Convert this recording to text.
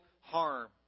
harm